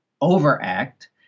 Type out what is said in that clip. overact